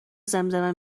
زمزمه